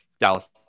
Dallas